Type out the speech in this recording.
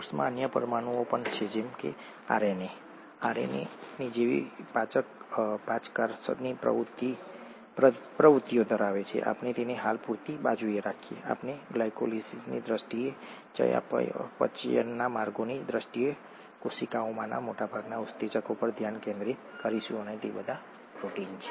કોષમાં અન્ય પરમાણુઓ પણ છે જેમ કે આરએનએ જેવી પાચકરસની પ્રવૃત્તિઓ ધરાવે છે આપણે તેને હાલ પૂરતું બાજુએ રાખીશું આપણે ગ્લાયકોલિસિસની દ્રષ્ટિએ ચયાપચયના માર્ગોની દ્રષ્ટિએ કોશિકામાંના મોટાભાગના ઉત્સેચકો પર ધ્યાન કેન્દ્રિત કરીશું અને તે બધા પ્રોટીન છે